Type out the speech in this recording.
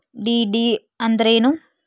DD ಅಂದ್ರೇನು?